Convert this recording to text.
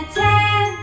ten